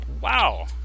wow